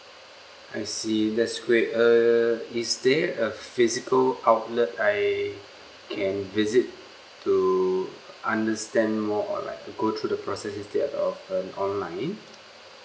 I see that's great uh is there a physical outlet I can visit to understand more or like go through the process instead of uh online